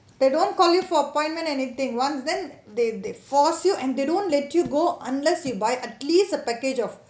they don't call you for appointment anything one then they they force you and they don't let you go unless you buy at least a package of